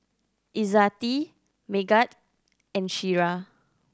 Izzati Megat and Syirah